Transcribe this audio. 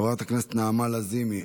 חברת הכנסת נעמה לזימי,